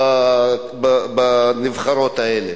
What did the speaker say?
בנבחרות האלה.